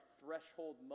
threshold